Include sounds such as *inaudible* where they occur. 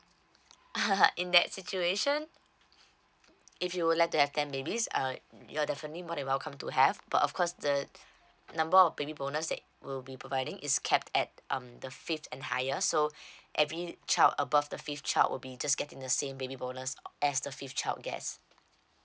*laughs* in that situation if you would like to have ten babies uh you are definitely more than welcome to have but of course the number of baby bonus that will be providing is capped at um the fifth and higher so every child above the fifth child will be just getting the same baby bonus as the fifth child guest